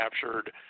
captured